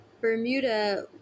Bermuda